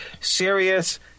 serious